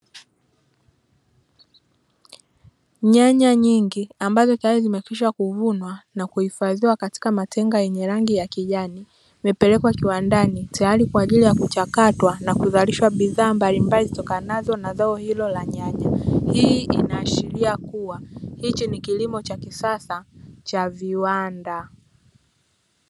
Nyanya nyingi ambazo tayari zimekwisha kuvunwa na kuhifadhiwa katika matenga yenye rangi ya kijani, imepelekwa kiwandani tayari kwa ajili ya kuchakatwa na kuzalishwa bidhaa mbalimbali zitokanazo na zao hilo la nyanya. Hii inaashiria kuwa hichi ni kilimo cha kisasa cha viwanda.